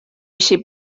així